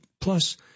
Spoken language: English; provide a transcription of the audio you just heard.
plus